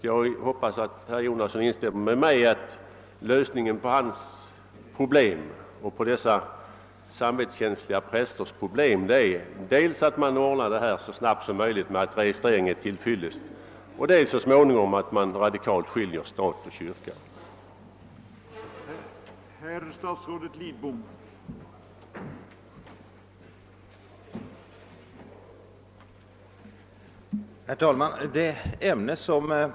Jag hoppas att herr Jonasson instämmer med mig i att för hans och dessa samvetskänsliga prästers del lösningen av problemet ligger dels i att man så snabbt som möjligt ordnar med att registrering av ett äktenskap är till fyllest, dels i att man så småningom radikalt skiljer stat och kyrka från varandra.